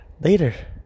later